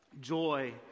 joy